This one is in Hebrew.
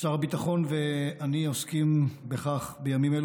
שר הביטחון ואני עוסקים בכך בימים אלו